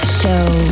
show